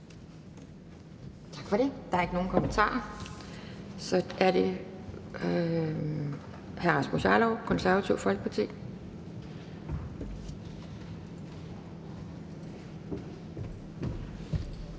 Tak for det. Der er ikke nogen, der har kommentarer. Så er det hr. Rasmus Jarlov, Det Konservative Folkeparti.